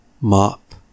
mop